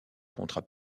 contrats